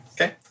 Okay